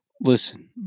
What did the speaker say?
listen